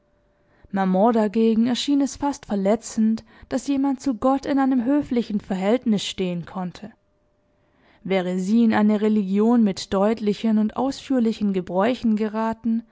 dagegen erschien es fast verletzend daß jemand zu gott in einem höflichen verhältnis stehen konnte wäre sie in eine religion mit deutlichen und ausführlichen gebräuchen geraten